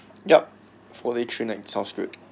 yup four day three night sounds good